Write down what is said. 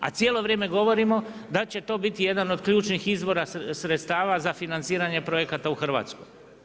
A cijelo vrijeme govorimo da će to biti jedan ključnih izvora sredstava za financiranje projekata u Hrvatskoj.